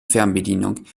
fernbedienung